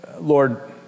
Lord